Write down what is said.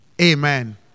Amen